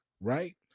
Right